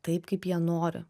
taip kaip jie nori